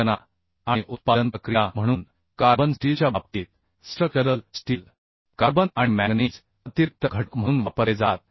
रचना आणि उत्पादन प्रक्रिया म्हणून कार्बन स्टीलच्या बाबतीत स्ट्रक्चरल स्टील कार्बन आणि मॅंगनीज अतिरिक्त घटक म्हणून वापरले जातात